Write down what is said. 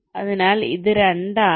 അതിനാൽ ഇത് 2 ആണ്